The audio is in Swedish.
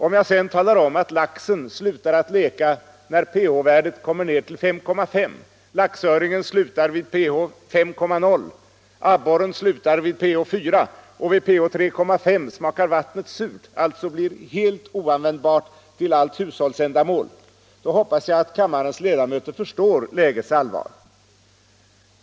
Om jag sedan talar om att laxen slutar att leka när pH-värdet kommer ned till 5,5, att laxöringen slutar vid pH 5,0, att abborren slutar vid pH 4 och att vid pH 3,5 vattnet smakar surt och alltså blir helt oanvändbart till allt hushållsändamål, så hoppas jag att kammarens ledamöter förstår lägets allvar.